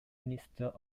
minister